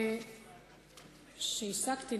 השגתי,